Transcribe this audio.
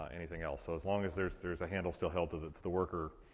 anything else. so as long as there's there's a handle still held to the to the worker,